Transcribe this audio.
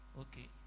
Okay